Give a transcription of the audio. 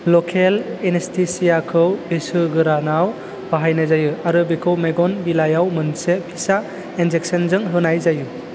लकेल एनेस्थेसियाखौ बैसो गोरानाव बाहायनाय जायो आरो बेखौ मेगन बिलाइयाव मोनसे फिसा इनजेकसनजों होनाय जायो